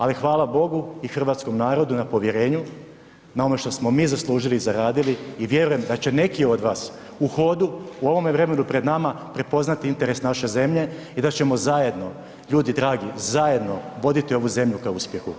Ali, hvala Bogu i hrvatskom narodu na povjerenju, na onome što smo mi zaslužili i zaradili i vjerujem da će neki od vas u hodu, u ovome vremenu pred nama, prepoznati interes naše zemlje i da ćemo zajedno, ljudi dragi, zajedno voditi ovu zemlju ka uspjehu.